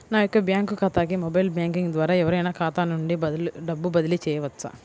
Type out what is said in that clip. నా యొక్క బ్యాంక్ ఖాతాకి మొబైల్ బ్యాంకింగ్ ద్వారా ఎవరైనా ఖాతా నుండి డబ్బు బదిలీ చేయవచ్చా?